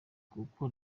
kuko